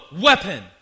weapon